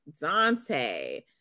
Dante